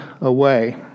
away